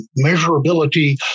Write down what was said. measurability